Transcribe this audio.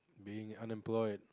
being unemployed